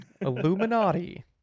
Illuminati